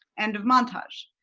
end of montage.